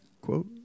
quote